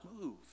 move